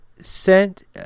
Sent